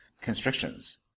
constrictions